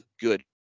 good